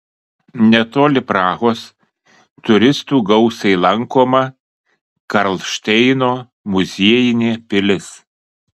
netoli prahos turistų gausiai lankoma karlšteino muziejinė pilis